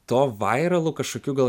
to vairalu kažkokiu gal